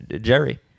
Jerry